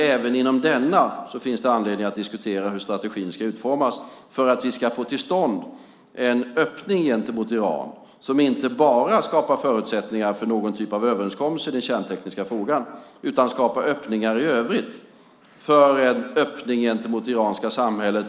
Även inom denna finns det dock anledning att diskutera hur strategin ska utformas för att vi ska få till stånd en öppning gentemot Iran som inte bara skapar förutsättningar för någon typ av överenskommelse i den kärntekniska frågan utan skapar öppningar i övrigt gentemot det iranska samhället.